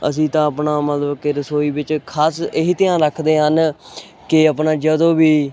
ਅਸੀਂ ਤਾਂ ਆਪਣਾ ਮਤਲਬ ਕਿ ਰਸੋਈ ਵਿੱਚ ਖਾਸ ਇਹੀ ਧਿਆਨ ਰੱਖਦੇ ਹਨ ਕਿ ਆਪਣਾ ਜਦੋਂ ਵੀ